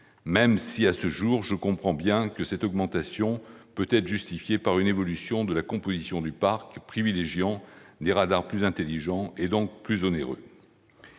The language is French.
même si, à ce jour, je comprends bien que cette augmentation puisse être justifiée par une évolution de la composition du parc privilégiant des radars plus intelligents, donc plus onéreux.